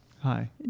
Hi